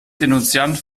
denunziant